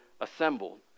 assembled